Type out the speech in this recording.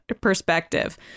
perspective